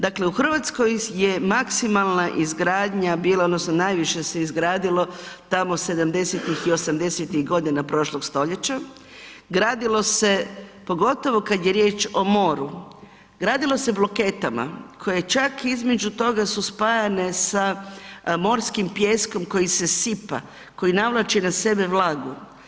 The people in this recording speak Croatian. Dakle u Hrvatskoj je maksimalna izgradnja bila, odnosno najviše se izgradilo tamo '70.-tih i '80.-tih godina prošlog stoljeća, gradilo se pogotovo kada je riječ o moru, gradilo se bloketama koje čak između toga su spajane sa morskim pijeskom koji se sipa, koji navlači na sebe vlagu.